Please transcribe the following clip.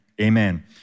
Amen